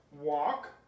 Walk